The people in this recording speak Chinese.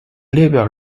列表